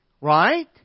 right